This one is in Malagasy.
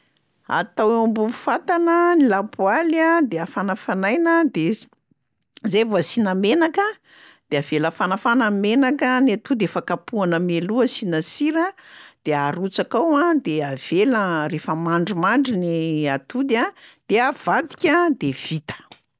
Atao eo ambony fatana ny lapoaly a de afanafanaina de s- zay vao asiana menaka, de avela hafanafana ny menaka, ny atody efa kapohana mialoha asiana sira, de arotsaka ao de avela, rehefa mandrimandry ny atody a de avadika, de vita.